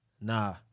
Nah